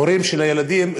או ההורים של הילדים,